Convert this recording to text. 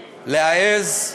להעז,